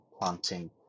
planting